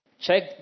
Check